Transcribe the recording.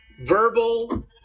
Verbal